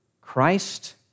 Christ